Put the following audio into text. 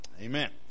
Amen